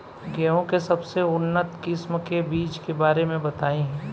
गेहूँ के सबसे उन्नत किस्म के बिज के बारे में बताई?